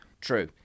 True